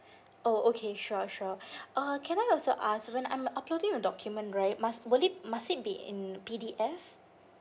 oh okay sure sure uh can I also ask when I'm uploading a document right must will it must it be in P_D_F